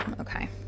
okay